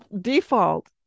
default